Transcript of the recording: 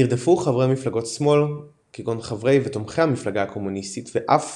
נרדפו חברי מפלגות שמאל כגון חברי ותומכי המפלגה הקומוניסטית ואף